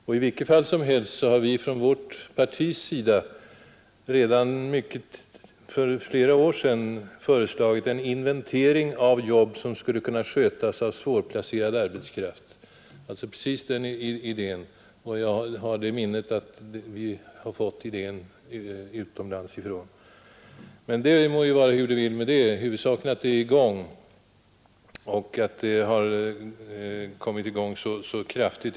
I vilket fall som helst har vi från vårt partis sida redan för flera år sedan föreslagit en inventering av jobb, som skulle kunna skötas av svårplacerad arbetskraft alltså ett krav precis i enlighet med den här Nr 118 idén. Jag har som sagt det minnet att vi har fått idén från utlandet. Torsdagen den Men det må vara hur det vill med den saken. Huvudsaken är att 16 november 1972 verksamheten är i gång och att den kommit i gång med sådan kraft.